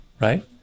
right